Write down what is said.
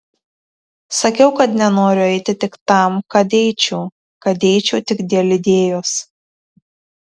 sakiau kad nenoriu eiti tik tam kad eičiau kad eičiau tik dėl idėjos